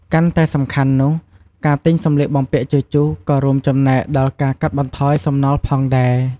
កាន់តែសំខាន់នោះ ការទិញសម្លៀកបំពាក់ជជុះក៏រួមចំណែកដល់ការកាត់បន្ថយសំណល់ផងដែរ។